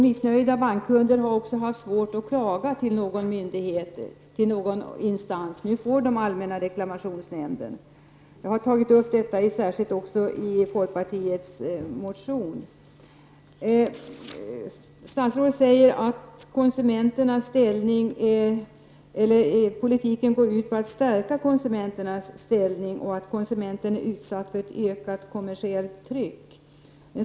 Missnöjda bankkunder har också haft det svårt att klaga till någon myndighet, till någon instans. Nu får de möjlighet att vända sig till allmänna reklamationsnämnden. Jag har också särskilt tagit upp denna fråga i folkpartiets motion. Statsrådet säger att politiken går ut på att stärka konsumenternas ställning och att konsumenten är utsatt för ett ökat kommersiellt tryck.